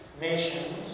nations